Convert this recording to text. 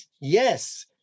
yes